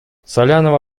салянова